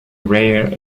rare